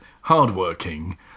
hardworking